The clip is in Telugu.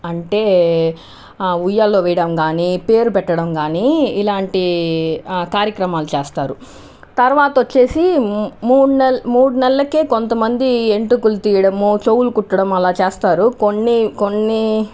అంటే ఉయ్యాల్లో వేయడం కానీ పేరు పెట్టడం కానీ ఇలాంటి కార్యక్రమాలు చేస్తారు తర్వాత వచ్చేసి మూడు మూడు నెలలకే కొంతమంది వెంట్రుకలు తీయడము చెవులు కుట్టడం అలా చేస్తారు కొన్ని కొన్ని